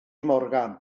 morgan